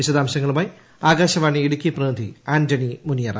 വിശദാംശങ്ങളുമായി ആകാശവാര് ഇടുക്കി പ്രതിനിധി ആന്റണി മുനിയറ